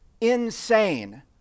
insane